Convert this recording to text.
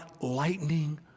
lightning